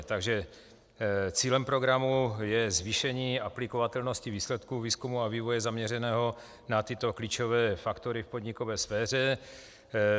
Takže cílem programu je zvýšení aplikovatelnosti výsledků výzkumu a vývoje zaměřeného na tyto klíčové faktory v podnikové sféře.